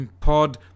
Pod